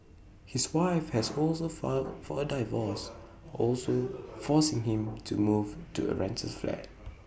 his wife has also filed for A divorce forcing him to move to A rental flat